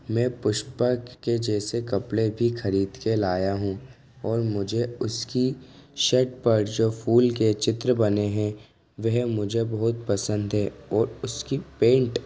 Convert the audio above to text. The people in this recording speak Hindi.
मैं पुष्पा के जैसे कपड़े भी खरीद के लाया हूँ और मुझे उसकी शर्ट पर जो फूल के चित्र बने हैं वह मुझे बहुत पसंद है और उसकी पेंट